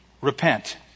repent